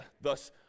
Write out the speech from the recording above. Thus